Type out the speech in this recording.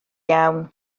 iawn